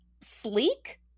sleek